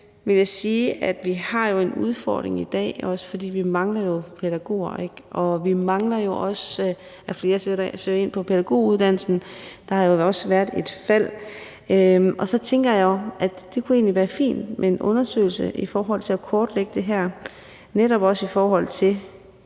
jo har en udfordring i dag, også fordi vi mangler pædagoger, og vi mangler jo også, at flere søger ind på pædagoguddannelsen. Der har også været et fald, og så tænker jeg jo, at det egentlig kunne være fint med en undersøgelse for at kortlægge det her